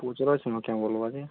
କେଁ ବୋଲ୍ବା କେ